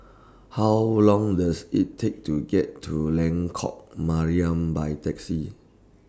How Long Does IT Take to get to Lengkok Mariam By Taxi